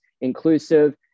inclusive